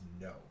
No